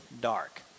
dark